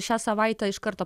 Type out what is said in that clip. šią savaitę iš karto